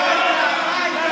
איך?